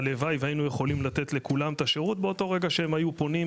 הלוואי והיינו יכולים לתת לכולם את השירות באותו רגע שהם היו פונים,